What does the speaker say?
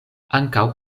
ankaŭ